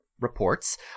reports